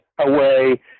away